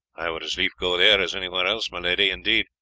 i would as lief go there as anywhere else, my lady. indeed,